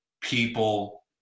people